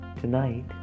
tonight